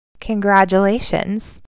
Congratulations